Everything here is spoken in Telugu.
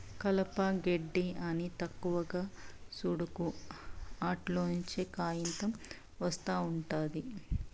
కలప, గెడ్డి అని తక్కువగా సూడకు, ఆటిల్లోంచే కాయితం ఒస్తా ఉండాది